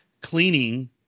cleaning